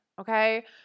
okay